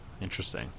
interesting